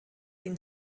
den